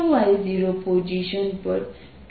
અને આપણે x0y0 position પર q ચાર્જ લઈએ છીએ